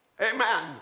Amen